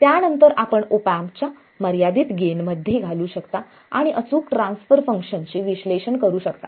त्यानंतर आपण ऑप एम्पच्या मर्यादित गेन मध्ये घालू शकता आणि अचूक ट्रान्सफर फंक्शनचे विश्लेषण करू शकता